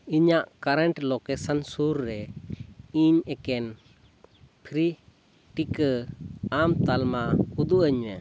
ᱤᱧᱟᱹᱜ current location ᱥᱩᱨ ᱨᱮ ᱤᱧ ᱮᱠᱮᱱ ᱯᱷᱨᱤ ᱴᱤᱠᱟᱹ ᱟᱢ ᱛᱟᱞᱢᱟ ᱩᱫᱩᱜ ᱟᱹᱧ ᱢᱮ